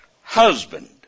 husband